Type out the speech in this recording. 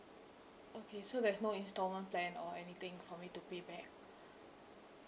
okay so there's no instalment plan or anything for me to pay back